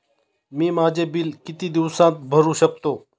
मी माझे बिल किती दिवसांत भरू शकतो?